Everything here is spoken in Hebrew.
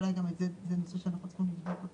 זה נושא שאנחנו צריכים לבדוק.